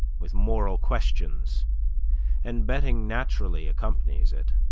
with moral questions and betting naturally accompanies it.